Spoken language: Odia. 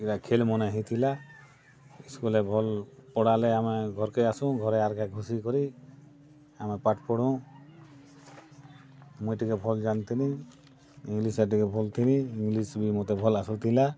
ଇଲା ଖେଲ୍ମନେ ହେଉଥିଲା ଇସ୍କୁଲରେ ଭଲ ପଢ଼ା ହେଲେ ଆମେ ଘର୍ କେ ଆସୁ ଘରେ ଆସି ଘୁସି କରି ଆମେ ପାଠ ପଢ଼ୁଁ ମୁଇଁ ଟିକେ ଭଲ୍ ଜାନିଥିନି ଇଂଲିଶ୍ଟା ଟିକେ ଭଲ୍ ଥିଲି ଇଂଲିଶ୍ ବି ମତେ ଭଲ୍ ଆସୁଥିଲା